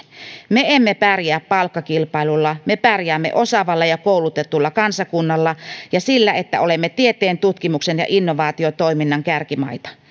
me emme pärjää palkkakilpailulla me pärjäämme osaavalla ja koulutetulla kansakunnalla ja sillä että olemme tieteen tutkimuksen ja innovaatiotoiminnan kärkimaita